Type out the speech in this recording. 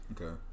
Okay